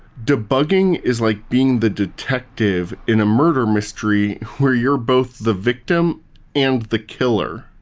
debugging is like being the detective in a murder mystery where you're both the victim and the killer.